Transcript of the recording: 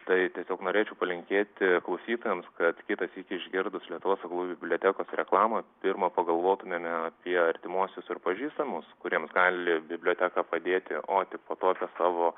tai tiesiog norėčiau palinkėti klausytojams kad kitąsyk išgirdus lietuvos bibliotekos reklamą pirma pagalvotumėme apie artimuosius ir pažįstamus kuriems gali biblioteka padėti o tik po tą savo